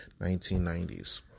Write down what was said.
1990s